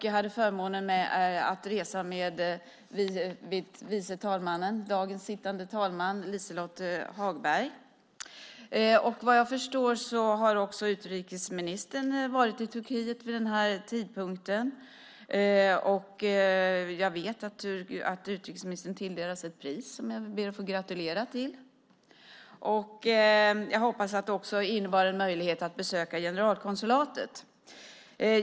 Jag hade förmånen att resa med tredje vice talmannen, dagens sittande talman, Liselott Hagberg. Vad jag förstår har också utrikesministern varit i Turkiet vid den här tidpunkten. Jag vet att utrikesministern tilldelades ett pris, som jag ber att få gratulera till. Jag hoppas att det också innebar en möjlighet att besöka generalkonsulatet.